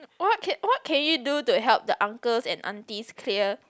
what can what can you do to help the uncles and aunties clear